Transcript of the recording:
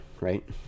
Right